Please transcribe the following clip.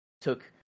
took